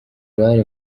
uruhare